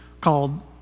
called